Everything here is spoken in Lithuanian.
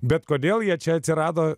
bet kodėl jie čia atsirado